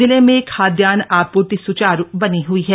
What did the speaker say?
जिले में खाद्यन्न आपूर्ति सुचारू बनी हुई है